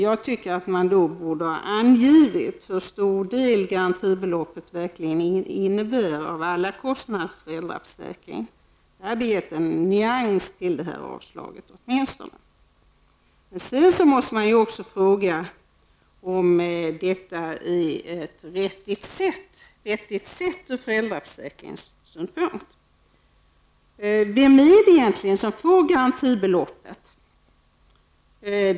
Man borde ha angett hur stor del av alla kostnader för föräldraförsäkringen som garantibeloppet verkligen innebär. Det hade åtminstone gett en nyans till det här avslaget. Sedan måste man också fråga om detta är ett vettigt sätt ur föräldraförsäkringssynpunkt. Vem är det egentligen som får garantibeloppet?